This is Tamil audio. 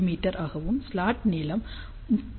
மீ ஆகவும் ஸ்லாட் நீளம் 31